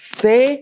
say